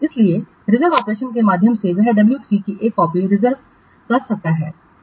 सलिए reserve operation के माध्यम से वह डब्ल्यू 3 की एक कॉपी रिजर्व कर सकता है